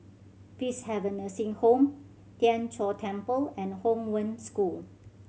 Peacehaven Nursing Home Tien Chor Temple and Hong Wen School